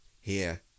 Here